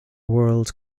world